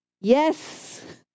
Yes